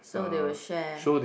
so they will share